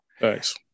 Thanks